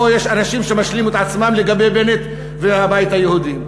או יש אנשים שמשלים את עצמם לגבי בנט והבית היהודי.